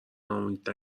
ناامید